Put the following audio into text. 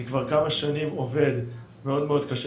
כבר כמה שנים אני עובד מאוד-מאוד קשה